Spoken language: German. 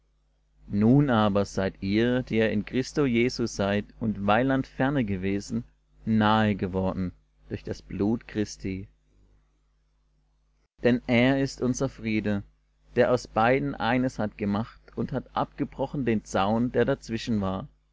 nun aber seid ihr die ihr in christo jesu seid und weiland ferne gewesen nahe geworden durch das blut christi denn er ist unser friede der aus beiden eines hat gemacht und hat abgebrochen den zaun der dazwischen war